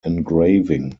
engraving